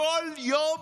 כל יום